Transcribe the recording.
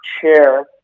chair